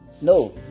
No